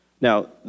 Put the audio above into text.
Now